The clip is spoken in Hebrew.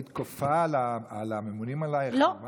היית כופה על הממונים עלייך מה לעשות?